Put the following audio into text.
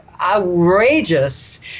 outrageous